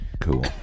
Cool